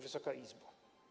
Wysoka Izbo!